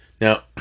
Now